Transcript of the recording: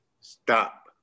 stop